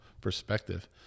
perspective